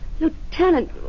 Lieutenant